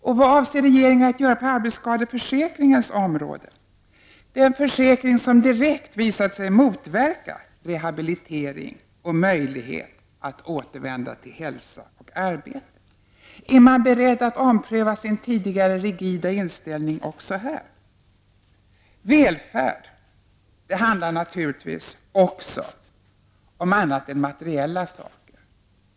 Och vad avser regeringen att göra på arbetsskadeförsäkringens område — den försäkring som visat sig direkt motverka rehabilitering och möjlighet att återvända till hälsa och arbete? Är ni beredda att ompröva er tidigare rigida inställning också i denna fråga? älfärd handlar naturligtvis också om annat än materiella ting.